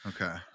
Okay